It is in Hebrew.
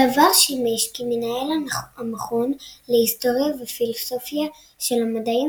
בעבר שימש כמנהל המכון להיסטוריה ופילוסופיה של המדעים